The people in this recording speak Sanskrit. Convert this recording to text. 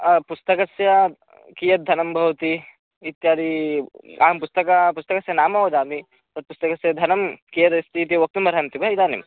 आम् पुस्तकस्य कियद्धनं भवति इत्यादि आं पुस्तकम् पुस्तकस्य नाम वदामि तत् पुस्तकस्य धनं कियदस्ति इति वक्तुमर्हन्ति वा इदानीं